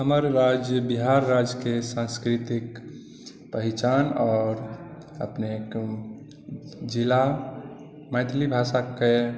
हमर राज्य बिहार राज्यके सांस्कृतिक पहिचान आओर अपनेक जिला मैथिली भाषाके